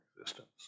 existence